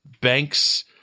Banks –